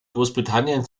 großbritannien